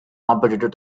competitor